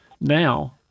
now